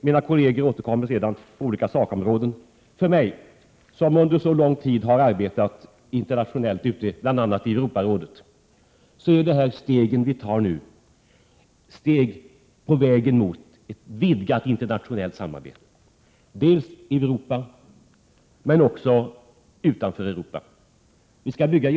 Mina kolleger återkommer sedan till olika sakområden. För mig som har arbetat internationellt under så lång tid, bl.a. i Europarådet, är de steg vi nu tar steg på vägen mot ett vidgat internationellt samarbete. Det är ett samarbete i Europa, men också utanför Europa.